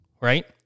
right